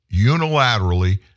unilaterally